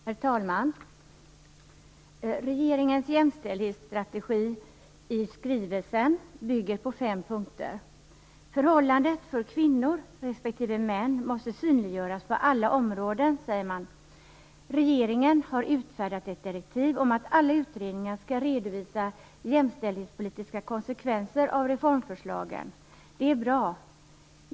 Herr talman! Regeringens jämställdhetsstrategi i skrivelsen bygger på fem punkter. Förhållandet för kvinnor respektive män måste synliggöras på alla områden. Regeringen har utfärdat ett direktiv om att alla utredningar skall redovisa jämställdhetspolitiska konsekvenser av reformförslagen. Det är bra.